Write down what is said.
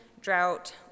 drought